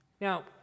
Now